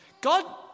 God